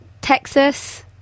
Texas